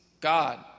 God